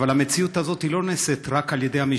אבל המציאות הזאת לא קשורה רק למשטרה,